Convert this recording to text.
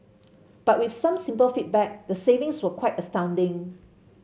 but with some simple feedback the savings were quite astounding